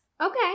Okay